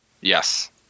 Yes